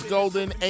Golden